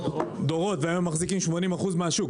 והיום מחזיקים 80% מהשוק.